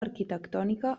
arquitectònica